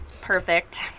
Perfect